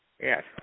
Yes